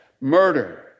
murder